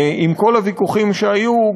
עם כל הוויכוחים שהיו,